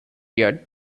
yet